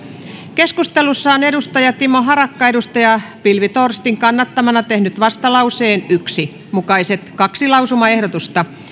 keskustelussa on timo harakka pilvi torstin kannattamana tehnyt vastalauseen yksi mukaiset kaksi lausumaehdotusta